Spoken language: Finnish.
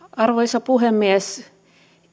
arvoisa puhemies